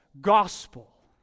gospel